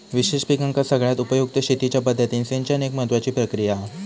विशेष पिकांका सगळ्यात उपयुक्त शेतीच्या पद्धतीत सिंचन एक महत्त्वाची प्रक्रिया हा